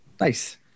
Nice